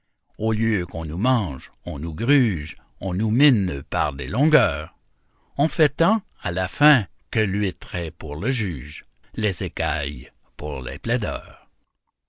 au lieu qu'on nous mange on nous gruge on nous mine par des longueurs on fait tant à la fin que l'huître est pour le juge les écailles pour les plaideurs